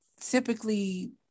typically